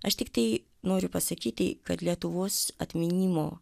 aš tiktai noriu pasakyti kad lietuvos atminimo